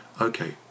okay